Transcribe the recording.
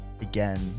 again